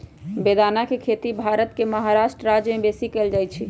बेदाना के खेती भारत के महाराष्ट्र राज्यमें बेशी कएल जाइ छइ